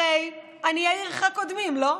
הרי עניי עירך קודמים, לא?